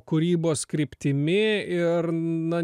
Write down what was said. kūrybos kryptimi ir na